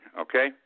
okay